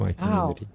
Wow